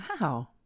wow